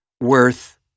worth